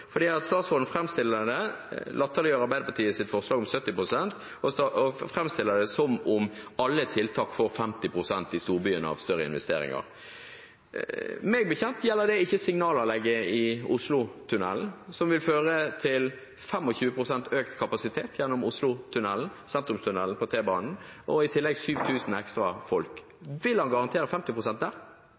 Statsråden latterliggjør Arbeiderpartiets forslag om 70 pst. og framstiller det som om alle tiltak får 50 pst. i storbyene av større investeringer. Meg bekjent gjelder det ikke signalanlegget i Oslotunnelen, som vil føre til 25 pst. økt kapasitet gjennom Oslotunnelen, sentrumstunnelen for T-banen, og i tillegg 7 000 ekstra folk. Vil han garantere 50 pst. der?